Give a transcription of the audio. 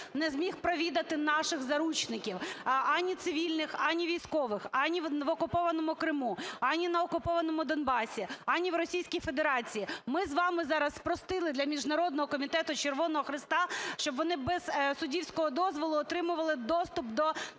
не зміг провідати наших заручників: ані цивільних, ані військових, ані в окупованому Криму, ані на окупованому Донбасі, ані в Російській Федерації. Ми з вами зараз спростили для Міжнародного Комітету Червоного Хреста, щоб вони без суддівського дозволу отримували доступ до